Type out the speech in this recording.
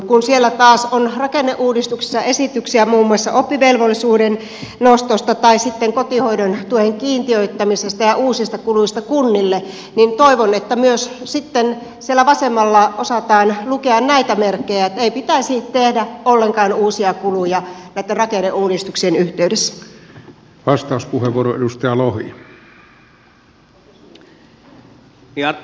kun siellä rakenneuudistuksessa on taas esityksiä muun muassa oppivelvollisuuden nostosta tai sitten kotihoidon tuen kiintiöittämisestä ja uusista kuluista kunnille niin toivon että myös sitten siellä vasemmalla osataan lukea näitä merkkejä että ei pitäisi tehdä ollenkaan uusia kuluja näitten rakenneuudistuksien yhteydessä